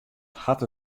hat